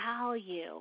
value